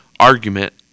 Argument